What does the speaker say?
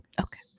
okay